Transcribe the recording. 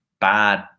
bad